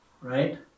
right